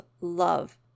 love